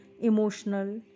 emotional